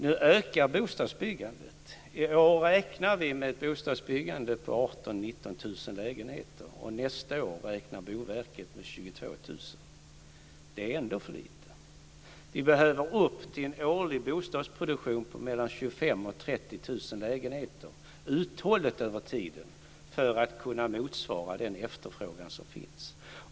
Nu ökar bostadsbyggandet. I år räknar vi med ett bostadsbyggande på 18 000-19 000 lägenheter, och nästa år räknar Boverket med 22 000. Det är ändå för lite. Vi behöver komma upp till en årlig bostadsproduktion på mellan 25 000 och 30 000 lägenheter uthålligt över tiden för att kunna motsvara den efterfrågan som finns.